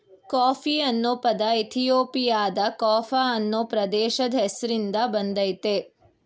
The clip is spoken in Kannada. ಕಾಫಿ ಅನ್ನೊ ಪದ ಇಥಿಯೋಪಿಯಾದ ಕಾಫ ಅನ್ನೊ ಪ್ರದೇಶದ್ ಹೆಸ್ರಿನ್ದ ಬಂದಯ್ತೆ